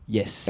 Yes